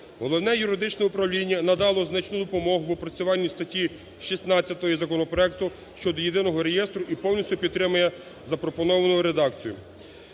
Головне юридичне управління надало значну допомогу в опрацюванні статті 16 законопроекту щодо єдиного реєстру і повністю підтримує запропоновану редакцію.